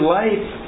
life